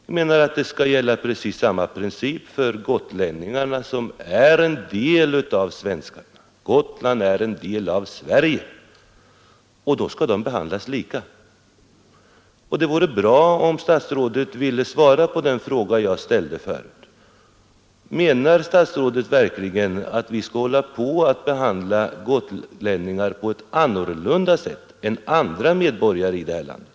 Jag menar att det måste gälla precis samma princip för gotlänningarna, som för övriga svenskar. Gotland är en del av Sverige, och gotlänningarna skall behandlas på samma sätt som befolkningen i övrigt. Det vore bra om statsrådet ville svara på den fråga jag ställde förut: Menar statsrådet verkligen att vi skall hålla på att behandla gotlänningarna annorlunda än andra medborgare?